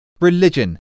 religion